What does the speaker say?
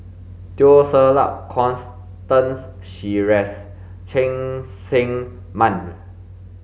Teo Ser Luck Constance Sheares Cheng Tsang Man